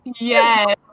Yes